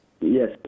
Yes